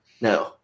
no